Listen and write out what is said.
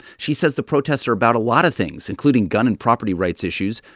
she says the protests are about a lot of things, including gun and property rights issues.